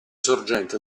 sorgente